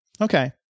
okay